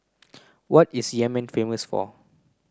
what is Yemen famous for